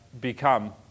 become